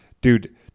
Dude